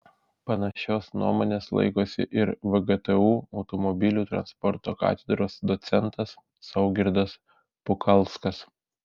panašios nuomonės laikosi ir vgtu automobilių transporto katedros docentas saugirdas pukalskas